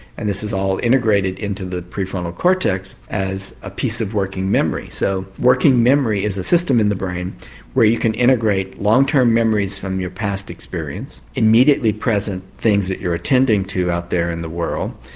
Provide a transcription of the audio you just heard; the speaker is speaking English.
and this is all integrated into the prefrontal cortex as a piece of working memory. so working memory is a system in the brain where you can integrate long term memories from your past experience, immediately present things that you're attending to out there in the world,